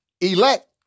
elect